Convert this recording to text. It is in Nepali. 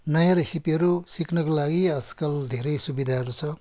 नयाँ रेसिपीहरू सिक्नको लागि आजकल धेरै सुविधाहरू छ